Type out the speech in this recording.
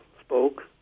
spoke